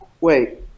Wait